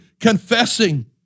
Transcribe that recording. confessing